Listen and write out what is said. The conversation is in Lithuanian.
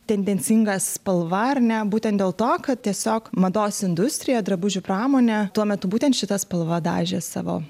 tendencinga spalva ar ne būtent dėl to kad tiesiog mados industrija drabužių pramonė tuo metu būtent šita spalva dažė savo